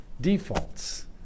defaults